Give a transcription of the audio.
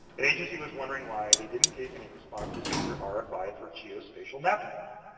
an agency was wondering why they didn't get any responses to their ah rfi for geospatial mapping work.